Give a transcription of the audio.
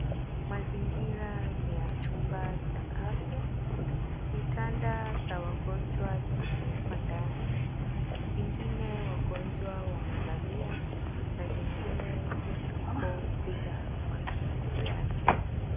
Mazingira ni ya chumba cha afya, kitanda cha wagonjwa kimewekwa ndani, vingine wagonjwa wamelalia na vingine viko bila watu juu yake.